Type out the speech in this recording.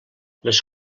les